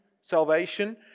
salvation